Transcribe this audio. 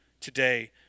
today